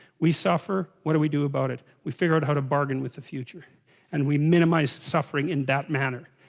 we suffer what do we do about it we figure out how to bargain with the future and we minimize suffering in that manner?